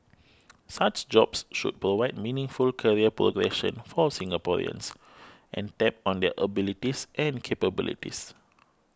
such jobs should provide meaningful career progression for Singaporeans and tap on their abilities and capabilities